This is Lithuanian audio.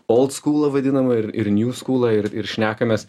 old skūlą vadinamą ir ir niu skūlą ir ir šnekamės